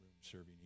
serving